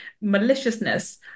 maliciousness